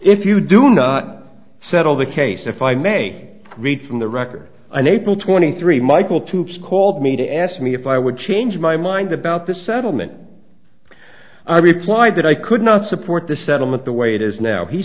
if you do not settle the case if i may read from the record on april twenty three michael toups called me to ask me if i would change my mind about the settlement i replied that i could not support the settlement the way it is now he